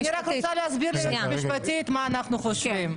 אני רק רוצה להסביר ליועצת המשפטית מה אנחנו חושבים.